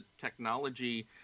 technology